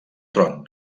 tron